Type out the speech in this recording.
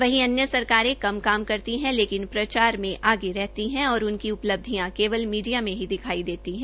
वहीं अन्य सरकारें कम काम करती है लेकिन प्रचार आगे बढ़ती है और उनकी उपलब्धियां केवल मीडिया में ही दिखाई देती है